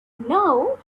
now